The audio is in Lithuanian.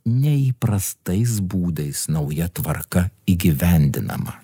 neįprastais būdais nauja tvarka įgyvendinama